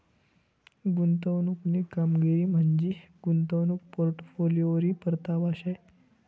गुंतवणूकनी कामगिरी म्हंजी गुंतवणूक पोर्टफोलिओवरी परतावा शे